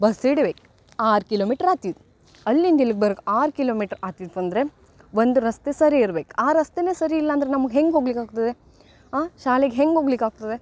bus ಹಿಡಿಬೇಕು ಆರು kilometre ಆತಿದು ಅಲ್ಲಿಂದ ಇಲ್ಲಿಗೆ ಬರ್ಕೆ ಆರು ಕಿಲೋಮೀಟ್ರ್ ಆಗ್ತಿತಂದ್ರೆ ಒಂದು ರಸ್ತೆ ಸರಿ ಇರ್ಬೇಕು ಆ ರಸ್ತೆಯೇ ಸರಿ ಇಲ್ಲ ಅಂದ್ರೆ ನಮ್ಗೆ ಹೆಂಗೆ ಹೋಗ್ಲಿಕ್ಕೆ ಆಗ್ತದೆ ಆ ಶಾಲೆಗೆ ಹೆಂಗೆ ಹೋಗ್ಲಿಕ್ಕೆ ಆಗ್ತದೆ